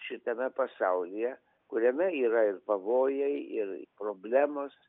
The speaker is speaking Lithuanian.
šitame pasaulyje kuriame yra ir pavojai ir problemos